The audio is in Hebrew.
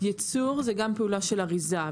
ייצור זה גם פעולה של אריזה.